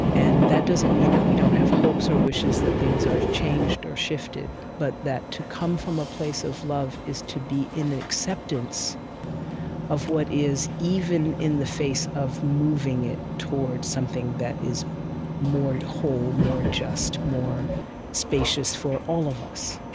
and that doesn't mean that we don't have hopes or wishes that things are changed or shifted, but that to come from a place of love is to be in acceptance of what is, even in the face of moving it towards something that is more whole, more just, more spacious for all of us.